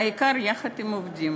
והעיקר, יחד עם העובדים